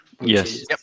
Yes